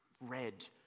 red